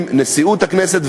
עם נשיאות הכנסת,